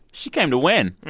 she came to win.